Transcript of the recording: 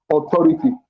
Authority